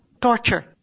torture